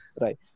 right